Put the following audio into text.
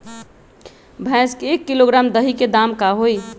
भैस के एक किलोग्राम दही के दाम का होई?